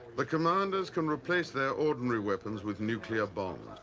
the commanders can replace their ordinary weapons with nuclear bombs.